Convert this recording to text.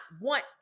want